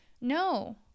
No